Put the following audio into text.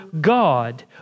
God